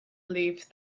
leafed